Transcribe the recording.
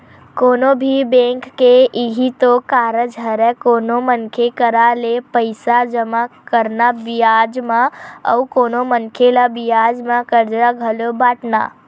कोनो भी बेंक के इहीं तो कारज हरय कोनो मनखे करा ले पइसा जमा करना बियाज म अउ कोनो मनखे ल बियाज म करजा घलो बाटना